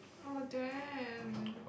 oh damn